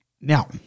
Now